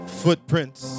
footprints